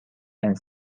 and